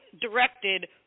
directed